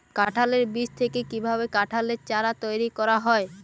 কাঁঠালের বীজ থেকে কীভাবে কাঁঠালের চারা তৈরি করা হয়?